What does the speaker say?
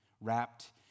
wrapped